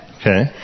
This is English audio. Okay